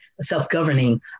self-governing